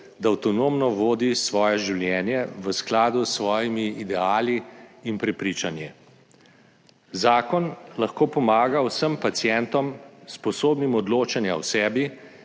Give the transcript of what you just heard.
da avtonomno vodi svoje življenje v skladu s svojimi ideali in prepričanji. Zakon lahko pomaga vsem pacientom, sposobnim odločanja o sebi,